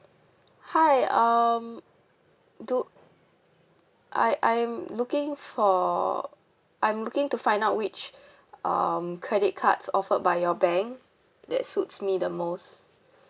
hi um do I I'm looking for I'm looking to find out which um credit cards offered by your bank that suits me the most